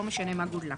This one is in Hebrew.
לא משנה מה גודלה.